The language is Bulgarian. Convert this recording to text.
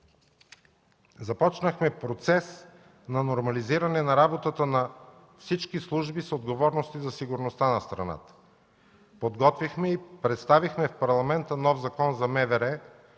Започнахме процес на нормализиране на работата на всички служби с отговорности за сигурността на страната. Подготвихме и представихме в Парламента нов Закон за МВР,